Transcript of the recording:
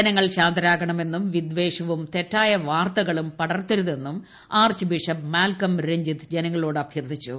ജനങ്ങൾ ശാന്തരാകണമെന്നും വിദ്ദേഷവും തെറ്റായ വാർത്തകളും പടർത്തരുതെന്നും ആർച്ച് ബിഷപ്പ് മാൽക്കം രഞ്ജിത്ത് ജനങ്ങളോട് അഭ്യർത്ഥിച്ചു